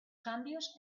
cambios